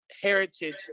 heritage